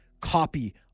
copy